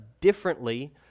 differently